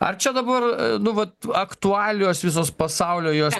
ar čia dabar nu vat aktualijos visos pasaulio jos